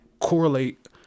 correlate